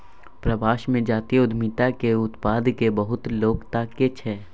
प्रवास मे जातीय उद्यमिता केर उत्पाद केँ बहुत लोक ताकय छै